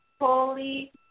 Holy